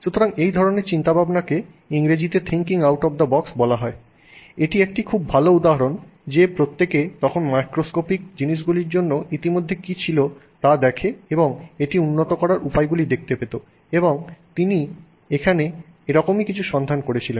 সুতরাং এই ধরনের চিন্তাভাবনা কে ইংরেজিতে thinking out of the box বলা হয় এটি একটি খুব ভাল উদাহরণ যে প্রত্যেকে তখন ম্যাক্রোস্কোপিক জিনিসগুলির জন্য ইতিমধ্যে কী ছিল তা দেখে এবং এটি উন্নত করার উপায়গুলি দেখতে পেত এবং এখানে তিনি এরকমই কিছু সন্ধান করছিলেন